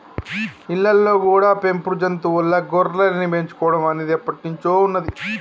ఇళ్ళల్లో కూడా పెంపుడు జంతువుల్లా గొర్రెల్ని పెంచుకోడం అనేది ఎప్పట్నుంచో ఉన్నది